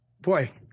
boy